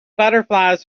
butterflies